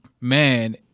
man